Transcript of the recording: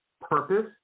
purpose